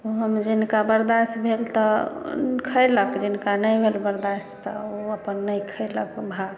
ओहोमे जिनका बर्दास्त भेल तऽ खेलक जिनका नहि भेल बर्दास्त तऽ ओ अपन नहि खेलक भात